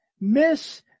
miss